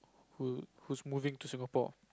who who's moving to Singapore